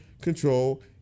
control